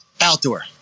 Outdoor